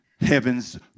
heaven's